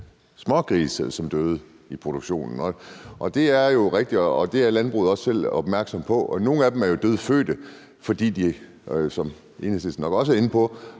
smågrise, som dør i produktionen, og det er rigtigt, og det er landbruget også selv opmærksom på. Og nogle af dem er jo dødfødte, fordi man, som Enhedslisten også er inde på,